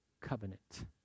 covenant